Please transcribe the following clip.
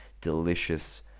delicious